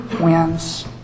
wins